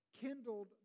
kindled